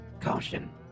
Caution